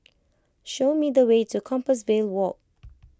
show me the way to Compassvale Walk